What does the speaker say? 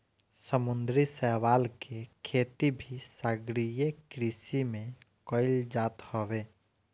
समुंदरी शैवाल के खेती भी सागरीय कृषि में कईल जात हवे